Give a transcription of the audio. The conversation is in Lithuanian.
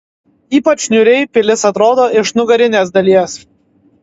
ypač niūriai pilis atrodo iš nugarinės dalies